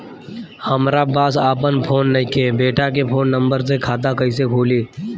हमरा पास आपन फोन नईखे बेटा के फोन नंबर से खाता कइसे खुली?